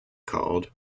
called